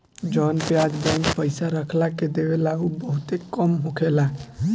जवन ब्याज बैंक पइसा रखला के देवेला उ बहुते कम होखेला